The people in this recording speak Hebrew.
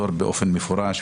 נעצרים באמצע הדרך.